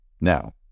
Now